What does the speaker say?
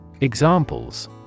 Examples